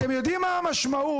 אתם יודעים מה המשמעות